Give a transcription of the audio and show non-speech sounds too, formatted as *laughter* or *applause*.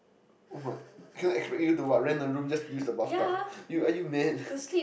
what cannot expect you to what rent a room just to use a bath tub you are you mad *breath*